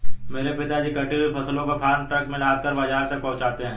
मेरे पिताजी कटी हुई फसलों को फार्म ट्रक में लादकर बाजार तक पहुंचाते हैं